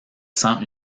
sent